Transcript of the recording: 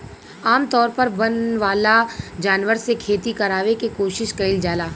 आमतौर पर वन वाला जानवर से खेती करावे के कोशिस कईल जाला